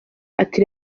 ati